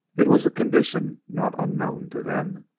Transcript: it was a condition not unknown to them,